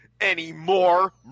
anymore